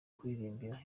kuririmbira